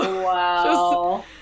wow